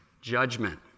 judgment